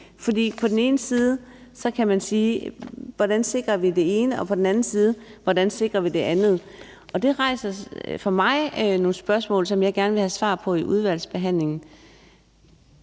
For på den ene side kan man spørge, hvordan vi sikrer det ene, og på den anden side, hvordan vi sikrer det andet. Det rejser for mig nogle spørgsmål, som jeg gerne vil have svar på i udvalgsbehandlingen.